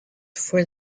for